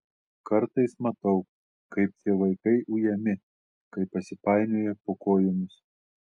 kartais matau kaip tie vaikai ujami kai pasipainioja po kojomis